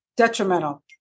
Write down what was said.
detrimental